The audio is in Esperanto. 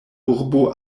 urbo